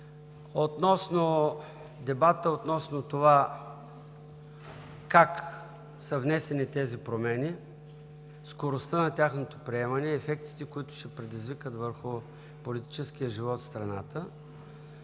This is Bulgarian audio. относно това как са внесени тези промени, скоростта на тяхното приемане и ефектите, които ще предизвикват върху политическия живот в страната,